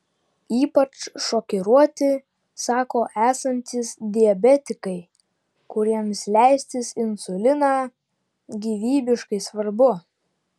ypač šokiruoti sako esantys diabetikai kuriems leistis insuliną gyvybiškai svarbu